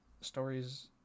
stories